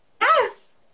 yes